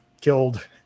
killed